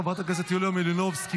חברת הכנסת יוליה מלינובסקי,